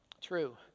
true